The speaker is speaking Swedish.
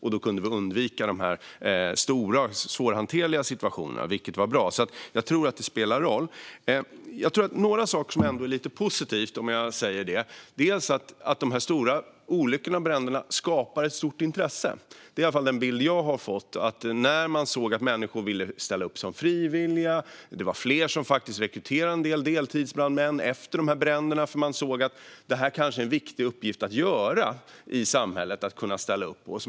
Vi kunde undvika de stora svårhanterliga situationerna, vilket var bra. Jag tror att det spelar roll. Något som ändå är lite positivt är att de stora olyckorna och bränderna skapar ett stort intresse. Det är i varje fall den bild som jag har fått. Man såg att människor ville ställa upp som frivilliga. Det var fler som rekryterade en del deltidsbrandmän efter bränderna. Människor såg att det kanske var en viktig uppgift att göra i samhället och kunna ställa upp på.